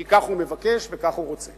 כי כך הוא מבקש וכך הוא רוצה.